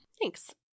Thanks